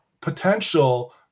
potential